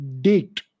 date